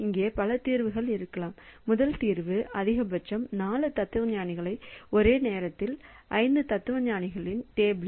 இங்கே பல தீர்வுகள் இருக்கலாம் முதல் தீர்வு அதிகபட்சம் 4 தத்துவஞானிகளை ஒரே நேரத்தில் 5 தத்துவஞானிகளின் டேபிள்